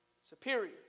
Superior